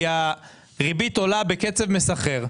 כי הריבית עולה בקצב מסחרר.